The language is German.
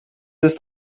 ist